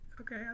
okay